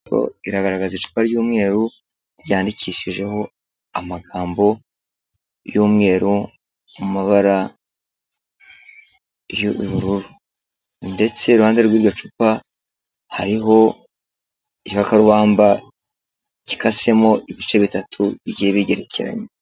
Iragaragaza icupa ry'umweru ryandikishijeho amagambo y'umweru mu mabara y'ubururu. Ndetse iruhande rw'iryo cupa hariho igikakarubamba gikasemo ibice bitatu bigiye bigerekeranye.